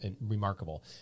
remarkable